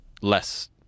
less